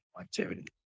activity